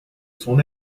son